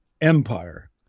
empire